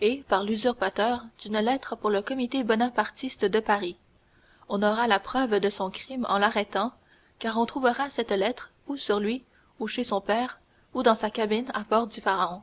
et par l'usurpateur d'une lettre pour le comité bonapartiste de paris on aura la preuve de son crime en l'arrêtant car on retrouvera cette lettre sur lui ou chez son père ou dans sa cabine à bord du pharaon